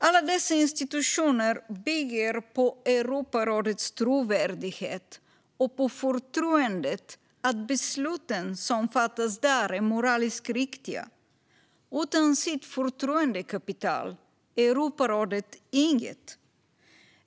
Alla dessa institutioner bygger på Europarådets trovärdighet och på förtroendet för att besluten som fattas där är moraliskt riktiga. Utan sitt förtroendekapital är Europarådet inget.